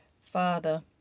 Father